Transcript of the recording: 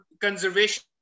conservation